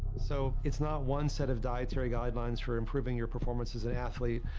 so it's not one set of dietary guidelines for improving your performance as an athlete,